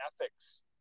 ethics